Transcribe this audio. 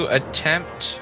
attempt